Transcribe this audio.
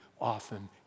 often